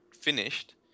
finished